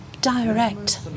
direct